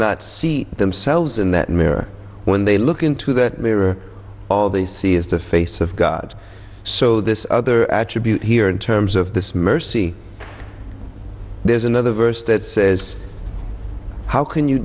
not see themselves in that mirror when they look into that mirror all they see is the face of god so this other attribute here in terms of this mercy there's another verse that says how can you